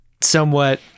somewhat-